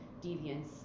deviance